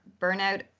burnout